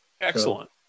Excellent